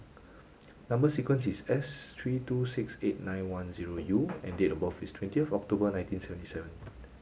number sequence is S three two six eight nine one zero U and date of birth is twentieth October nineteen seventy seven